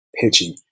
pitching